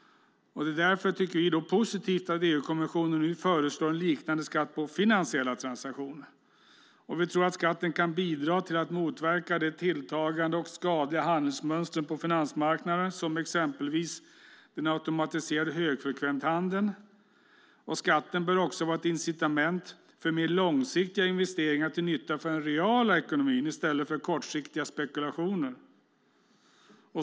Därför är det positivt att EU-kommissionen nu föreslår en liknande skatt på finansiella transaktioner. Vi tror att skatten kan bidra till att motverka de tilltagande och skadliga handelsmönstren på finansmarknaden, exempelvis den automatiserade högfrekvenshandeln. Skatten bör också vara ett incitament för mer långsiktiga investeringar till nytta för den reala ekonomin i stället för kortsiktiga spekulationer.